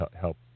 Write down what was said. help